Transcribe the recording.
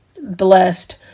Blessed